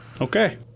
Okay